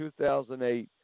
2008